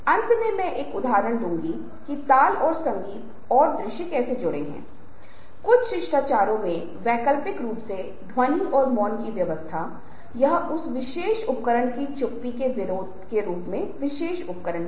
ठहराव का इंतजार करें यह मैंने पहले ही कवर किया है जब मैं शारीरिक उद्घाटन के बारे में बात कर रहा था लेकिन आप देखते हैं कि जब ये चीजें काम नहीं करती हैं तो महत्वपूर्ण तरीके से नॉन वर्बल इशारों का उपयोग करें